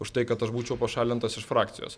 už tai kad aš būčiau pašalintas iš frakcijos